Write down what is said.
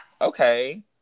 okay